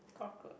cockroach